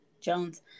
Jones